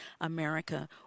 America